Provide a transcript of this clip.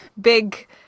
big